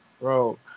Bro